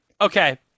Okay